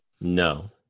No